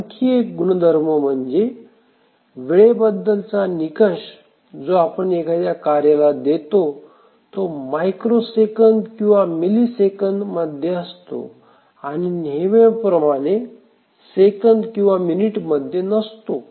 आणखी एक गुणधर्म म्हणजे वेळेबद्दल चा निकष जो आपण एखाद्या कार्याला देतो तो मायक्रो सेकंद किंवा मिली सेकंद मध्ये असतो आणि नेहमीप्रमाणे सेकंद किंवा मिनिटात नसतो